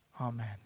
Amen